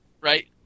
Right